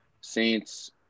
Saints